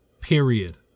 period